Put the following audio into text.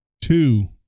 two